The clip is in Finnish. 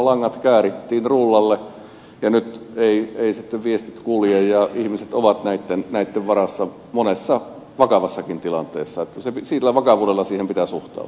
langat käärittiin rullalle ja nyt eivät sitten viestit kulje ja ihmiset ovat näitten varassa monessa vakavassakin tilanteessa että sillä vakavuudella siihen pitää suhtautua